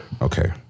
Okay